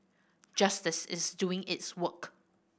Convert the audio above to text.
justice is doing its work